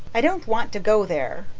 i don't want to go there.